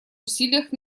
усилиях